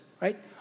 right